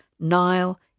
Nile